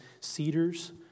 cedars